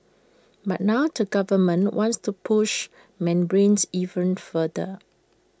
but now to government wants to push membranes even further